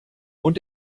und